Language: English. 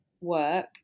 work